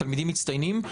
תלמידים מצטיינים,